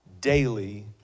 daily